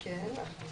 כן.